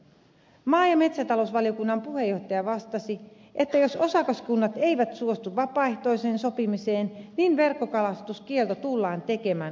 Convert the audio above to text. maa ja metsätalousvaliokunnan puheenjohtaja vastasi että jos osakaskunnat eivät suostu vapaaehtoiseen sopimiseen niin verkkokalastuskielto tullaan tekemään asetuksen avulla